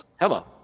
Hello